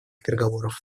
переговоров